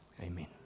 Amen